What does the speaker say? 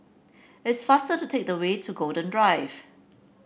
it's faster to take the way to Golden Drive